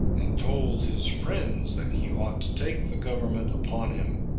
and told his friends that he ought to take the government upon him.